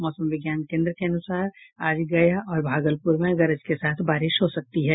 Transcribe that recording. मौसम विज्ञान केंद्र के अनुसार आज गया और भागलपुर में गरज के साथ बारिश हो सकती है